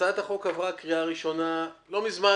הצעת החוק עברה קריאה ראשונה לא מזמן